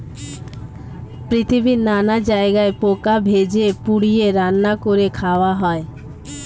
পৃথিবীর নানা জায়গায় পোকা ভেজে, পুড়িয়ে, রান্না করে খাওয়া হয়